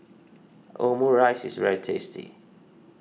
Omurice is very tasty